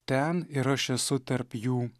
ten ir aš esu tarp jų